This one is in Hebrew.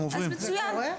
מצוין.